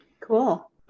cool